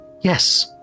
Yes